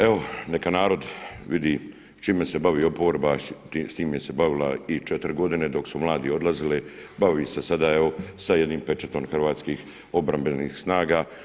Evo neka narod vidi čime se bavi oporba s tim se je bavila i četiri godine dok su mladi odlazili, bavi se sada evo sa jednim pečatom Hrvatskih obrambenih snaga.